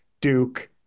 Duke